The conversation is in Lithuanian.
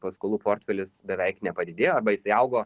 paskolų portfelis beveik nepadidėjo arba jisai augo